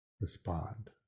respond